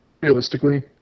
realistically